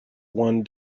one